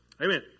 amen